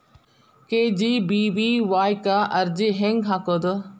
KGBVY ಕ್ಕ ಅರ್ಜಿ ಹೆಂಗ್ ಹಾಕೋದು?